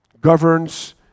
governs